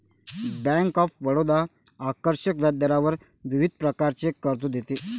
bank of Baroda आकर्षक व्याजदरावर विविध प्रकारचे कर्ज देते